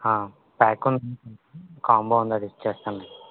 pack ఉ combo అది ఇచ్చేస్తానులేండి